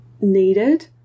needed